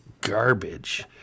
garbage